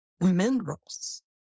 minerals